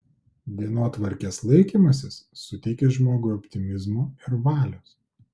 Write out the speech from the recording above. dienotvarkės laikymasis suteikia žmogui optimizmo ir valios